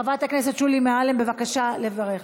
חברת הכנסת שולי מועלם, בבקשה, לברך.